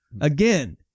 Again